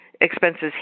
expenses